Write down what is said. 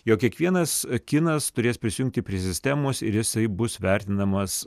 jog kiekvienas kinas turės prisijungti prie sistemos ir jisai bus vertinamas